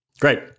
Great